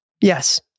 Yes